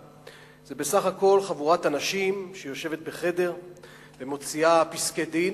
זה בסך הכול חבורת אנשים שיושבת בחדר ומוציאה פסקי-דין,